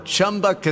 Chumba